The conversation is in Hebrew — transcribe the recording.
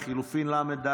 לחלופין ל"ג,